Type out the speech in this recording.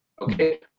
okay